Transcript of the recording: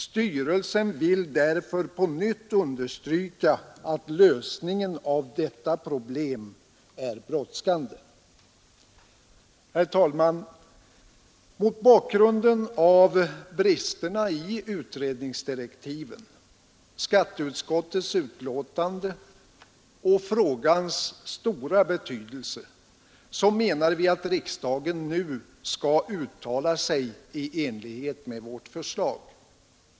Styrelsen vill därför på nytt understryka att lösningen av detta problem är brådskande.” Herr talman! Mot bakgrund av bristerna i utredningsdirektiven och skatteutskottets betänkande samt frågans stora betydelse menar vi att riksdagen nu bör uttala sig i enlighet med vårt förslag.